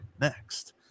next